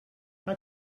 how